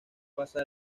pasa